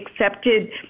accepted